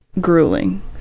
grueling